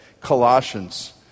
Colossians